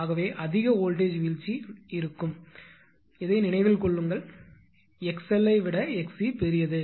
ஆகவே அதிக வோல்ட்டேஜ் வீழ்ச்சி இருக்கும் நினைவில் கொள்ளுங்கள் 𝑥𝑙 ஐ விட 𝑥𝑐 பெரியது